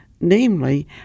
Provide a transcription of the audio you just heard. namely